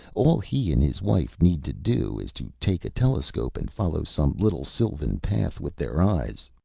all he and his wife need to do is to take a telescope and follow some little sylvan path with their eyes.